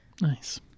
Nice